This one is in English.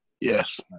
Yes